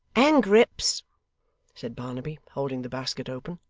and grip's said barnaby, holding the basket open.